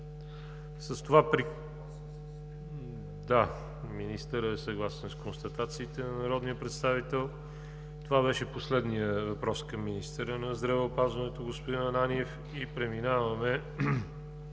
Ананиев.) Министърът е съгласен с констатациите на народния представител. Това беше последният въпрос към министъра на здравеопазването господин Ананиев. Преминаваме